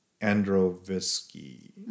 Androvsky